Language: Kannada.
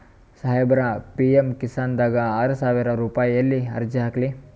ಸಾಹೇಬರ, ಪಿ.ಎಮ್ ಕಿಸಾನ್ ದಾಗ ಆರಸಾವಿರ ರುಪಾಯಿಗ ಎಲ್ಲಿ ಅರ್ಜಿ ಹಾಕ್ಲಿ?